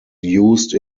used